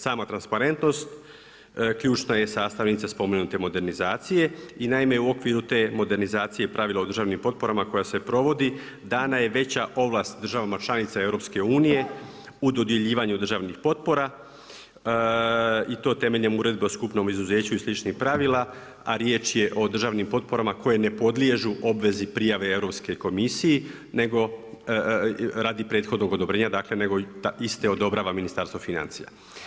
Sama transparentnost, ključna je sastavnica spomenute modernizacije, i naime u okviru te modernizacije, pravila o državnim potporama, koja se provodi, dana je veća ovlast državama članicama EU, u dodjeljivanju državnih potpora i to temeljem Uredbe o skupnom izuzeću i sličnih pravila, a riječ je o državnim potporama koje ne podliježu obvezu prijave Europske komisije, nego radi prethodnog odobrenja, ta iste odobrava Ministarstvo financija.